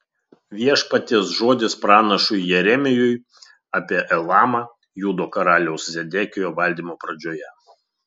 viešpaties žodis pranašui jeremijui apie elamą judo karaliaus zedekijo valdymo pradžioje